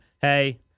hey